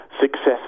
success